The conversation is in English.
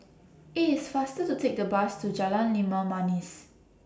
IT IS faster to Take A Bus to Jalan Limau Manis